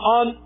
on